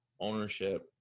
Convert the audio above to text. ownership